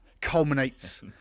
culminates